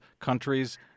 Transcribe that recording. countries